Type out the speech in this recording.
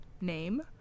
Name